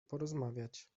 porozmawiać